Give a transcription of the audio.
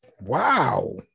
Wow